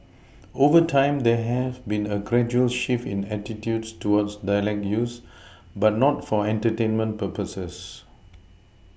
over time there has been a gradual shift in attitudes towards dialect use but not for entertainment purposes